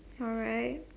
alright